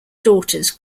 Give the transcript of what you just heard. daughters